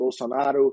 Bolsonaro